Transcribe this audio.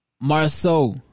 Marceau